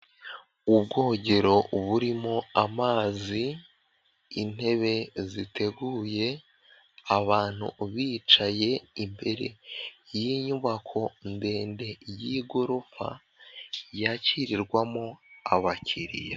Ubwogero burimo amazi intebe ziteguye abantu bicaye imbere y'inyubako ndende yigorofa yakirirwamo abakiriya.